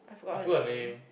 I forgot her name